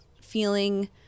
feeling